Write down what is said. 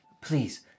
please